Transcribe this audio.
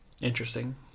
Interesting